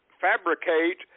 fabricate